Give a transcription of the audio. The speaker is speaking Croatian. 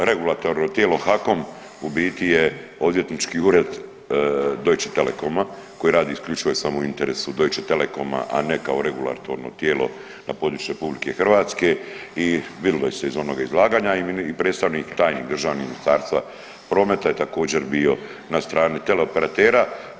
Pa da regulatorno tijelo HAKOM u biti je odvjetnički ured Deutsche Telekoma koji radi isključivo i samo u interesu Deutsche Telekoma, a ne kao regulatorno tijelo na području RH i vidlo se iz onoga izlaganja i predstavnik, tajnik državni Ministarstva prometa je također bio na strani teleoperatera.